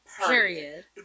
Period